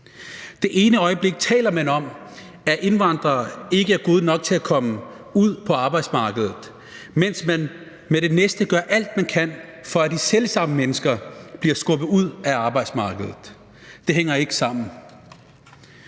Det ene øjeblik taler man om, at indvandrere ikke er gode nok til at komme ud på arbejdsmarkedet, mens man i det næste gør alt, hvad man kan, for at de selv samme mennesker bliver skubbet ud af arbejdsmarkedet. Det hænger ikke sammen.